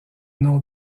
nom